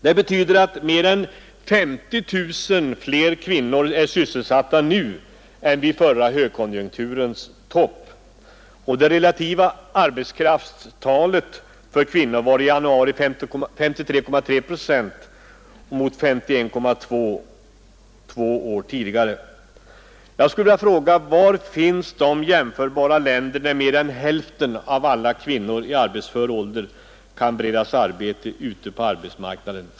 Det betyder att mer än 50 000 fler kvinnor nu är sysselsatta än vid förra högkonjunkturens topp. Det relativa arbetskraftstalet för kvinnor var i januari 53,3 procent mot 51,2 procent två år tidigare. Jag vill fråga: Var finns de jämförbara länder, där mer än hälften av alla kvinnor i arbetsför ålder kan beredas arbete ute på arbetsmarknaden?